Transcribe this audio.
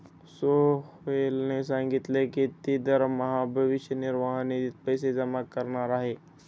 सोहेलने सांगितले की तो दरमहा भविष्य निर्वाह निधीत पैसे जमा करणार आहे